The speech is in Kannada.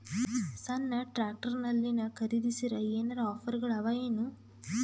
ಸಣ್ಣ ಟ್ರ್ಯಾಕ್ಟರ್ನಲ್ಲಿನ ಖರದಿಸಿದರ ಏನರ ಆಫರ್ ಗಳು ಅವಾಯೇನು?